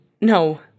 no